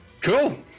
Cool